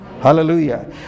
Hallelujah